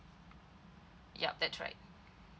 yup that's right